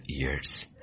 ears